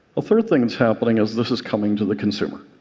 ah third thing that's happening is this is coming to the consumer.